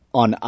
on